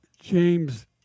James